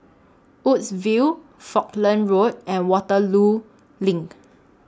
Woodsville Falkland Road and Waterloo LINK